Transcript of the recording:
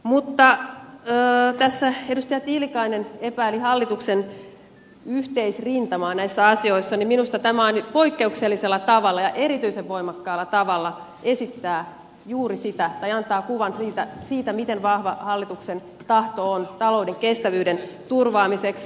mutta kun tässä edustaja tiilikainen epäili hallituksen yhteisrintamaa näissä asioissa niin minusta tämä poikkeuksellisella tavalla ja erityisen voimakkaalla tavalla antaa kuvan siitä miten vahva hallituksen tahto on talouden kestävyyden turvaamiseksi